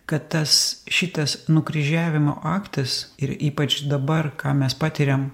kad tas šitas nukryžiavimo aktas ir ypač dabar ką mes patiriam